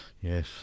Yes